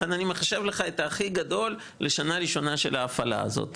לכן אני מחשב לך את ההכי גבוה לשנה ראשונה של ההפעלה הזאת,